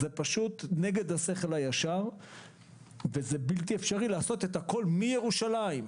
זה פשוט נגד השכל הישר ובלתי אפשרי לעשות הכול מירושלים,